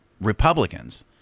Republicans